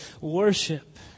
worship